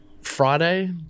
friday